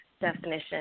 definition